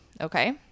okay